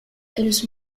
elles